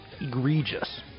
egregious